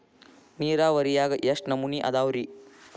ನೇರಾವರಿಯಾಗ ಎಷ್ಟ ನಮೂನಿ ಅದಾವ್ರೇ?